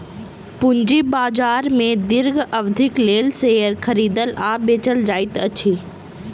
पूंजी बाजार में दीर्घ अवधिक लेल शेयर खरीदल आ बेचल जाइत अछि